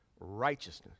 righteousness